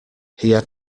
had